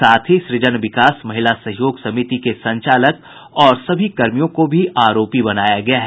साथ ही सुजन विकास महिला सहयोग समिति के संचालक और सभी कर्मियों को भी आरोपी बनाया गया है